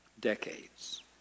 Decades